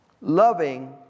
Loving